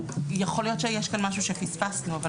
יכול להיות שיש כאן משהו שפספסנו אבל